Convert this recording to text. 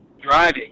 Driving